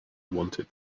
wanted